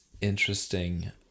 interesting